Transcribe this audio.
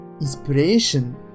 Inspiration